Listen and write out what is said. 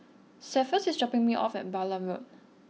Cephus is dropping me off at Balam Road